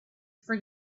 for